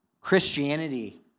Christianity